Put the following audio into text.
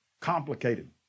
complicated